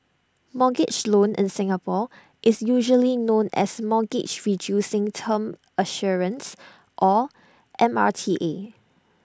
mortgage loan in Singapore is usually known as mortgage reducing term assurance or M R T A